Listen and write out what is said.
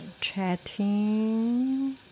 chatting